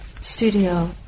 studio